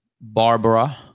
Barbara